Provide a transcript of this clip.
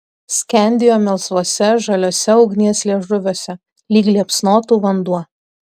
skendėjo melsvuose žaliuose ugnies liežuviuose lyg liepsnotų vanduo